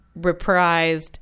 reprised